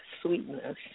sweetness